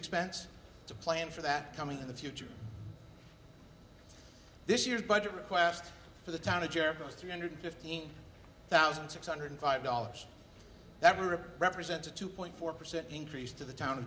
expense to plan for that coming in the future this year's budget request for the town of jericho three hundred fifteen thousand six hundred five dollars that were represented two point four percent increase to the town